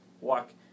walk